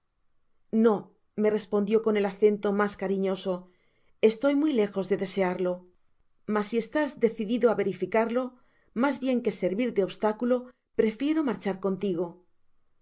no me respondio con el acento mas cariñoso estoy muy lejos de desearlo mas si estás decidido á verificarlo mas bien que servir de obstáculo prefiero marchar contigo